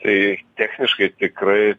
tai techniškai tikrai